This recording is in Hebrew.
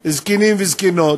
זקנים וזקנות,